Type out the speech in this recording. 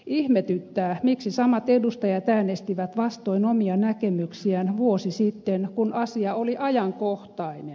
ihmetyttää miksi samat edustajat äänestivät vastoin omia näkemyksiään vuosi sitten kun asia oli ajankohtainen